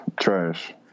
trash